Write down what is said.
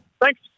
thanks